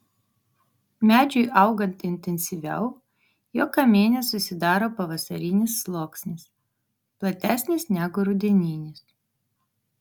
medžiui augant intensyviau jo kamiene susidaro pavasarinis sluoksnis platesnis negu rudeninis